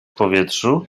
powietrzu